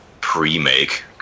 pre-make